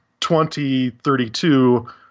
2032